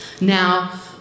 Now